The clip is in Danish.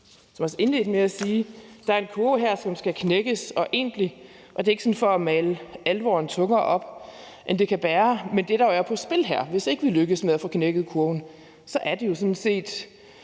jeg også indledte med at sige, at der er en kurve her, som skal knækkes, og det er ikke for at male alvoren tungere op, end det kan bære, men det, der jo er på spil her, hvis ikke vi lykkes med at få knækket kurven, er jo sådan set